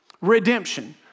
Redemption